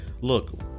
Look